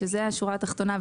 שזו השורה התחתונה,